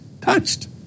touched